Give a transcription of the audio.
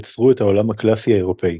יצרו את העולם הקלאסי האירופאי,